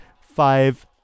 five